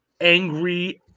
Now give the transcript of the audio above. angry